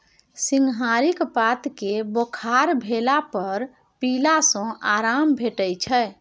सिंहारिक पात केँ बोखार भेला पर पीला सँ आराम भेटै छै